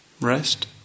Rest